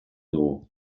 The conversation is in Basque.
dugu